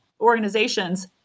organizations